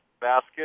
basket